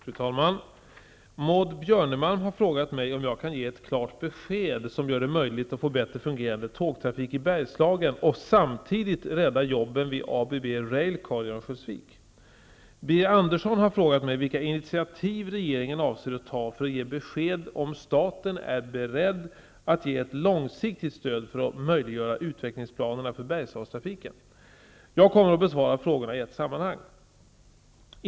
Fru talman! Maud Björnemalm har frågat mig om jag kan ge ett klart besked som gör det möjligt att få bättre fungerande tågtrafik i Bergslagen och samtidigt rädda jobben vid ABB Railcar i Örnsköldsvik. Birger Andersson har frågat mig vilka initiativ regeringen avser att ta för att ge besked om staten är beredd att ge ett långsiktigt stöd för att möjliggöra utvecklingsplanerna för Bergslagstrafiken. Jag kommer att besvara frågorna i ett sammanhang.